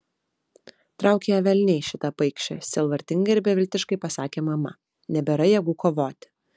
trauk ją velniai šitą paikšę sielvartingai ir beviltiškai pasakė mama nebėra jėgų kovoti